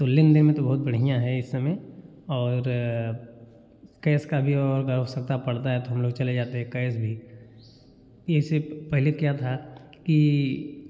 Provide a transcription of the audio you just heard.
तो लेन देन में तो बहुत बढ़िया हैं इस समय और कैस का भी को आवश्यकता पड़ता है तो हम लोग चले जाते हैं कएस भी ऐसे पहले क्या था कि